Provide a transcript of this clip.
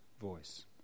voice